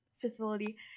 facility